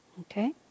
Okay